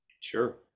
Sure